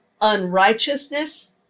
unrighteousness